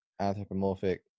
anthropomorphic